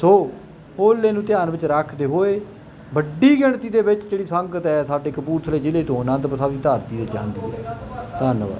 ਸੋ ਹੋਲੇ ਨੂੰ ਧਿਆਨ ਵਿੱਚ ਰੱਖਦੇ ਹੋਏ ਵੱਡੀ ਗਿਣਤੀ ਦੇ ਵਿੱਚ ਜਿਹੜੀ ਸੰਗਤ ਹੈ ਸਾਡੇ ਕਪੂਰਥਲੇ ਜ਼ਿਲ੍ਹੇ ਤੋਂ ਆਨੰਦਪੁਰ ਸਾਹਿਬ ਦੀ ਧਰਤੀ 'ਤੇ ਜਾਂਦੀ ਹੈ ਧੰਨਵਾਦ